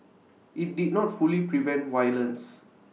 IT did not fully prevent violence